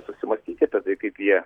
susimąstyti apie tai kaip jie